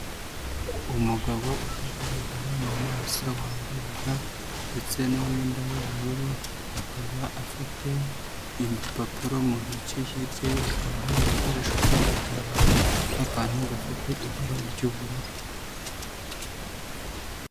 Umugabo utagaragara mu maso wambaye ga ndetse n'umwenda w'ubururu, akaba afite impapuro mu ntoki, hirya ye hakaba hari ibikoresho by'abaganga n'akantu gafite ibara ry'ubururu.